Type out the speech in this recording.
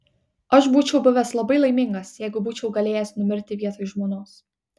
aš būčiau buvęs labai laimingas jeigu būčiau galėjęs numirti vietoj žmonos